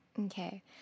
Okay